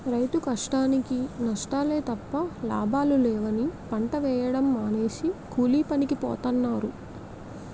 రైతు కష్టానికీ నష్టాలే తప్ప లాభాలు లేవని పంట వేయడం మానేసి కూలీపనికి పోతన్నారు